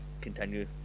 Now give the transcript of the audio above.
continue